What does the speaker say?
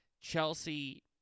Chelsea